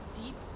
deep